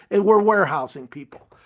and we're warehousing people.